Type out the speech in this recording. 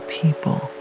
people